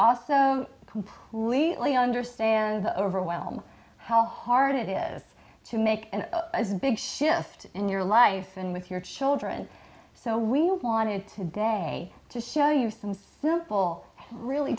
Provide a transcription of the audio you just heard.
also completely understand the overwhelm how hard it is to make an as big shift in your life and with your children so we wanted today to show you some simple really